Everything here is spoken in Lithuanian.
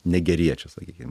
negeriečio sakykim